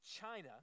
China